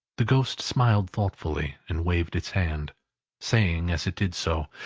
the ghost smiled thoughtfully, and waved its hand saying as it did so,